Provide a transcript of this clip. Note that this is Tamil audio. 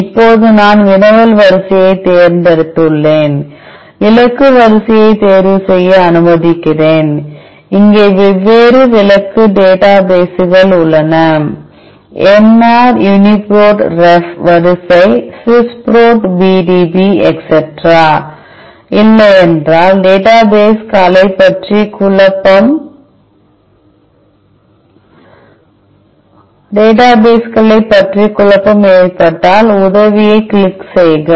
இப்போது நான் வினவல் வரிசையைத் தேர்ந்தெடுத்துள்ளேன் இலக்கு வரிசையைத் தேர்வுசெய்ய அனுமதிக்கிறேன் இங்கே வெவ்வேறு இலக்கு டேட்டாபேஸ்கள் உள்ளன nr UniProt ref வரிசை சுவிஸ் புரோட் PDB etceteraஇல்லையென்றால் டேட்டாபேஸ் கலை பற்றி குழப்பம் ஏற்பட்டால் உதவியைக் கிளிக் செய்க